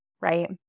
right